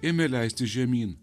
ėmė leistis žemyn